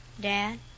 Dad